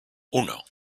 uno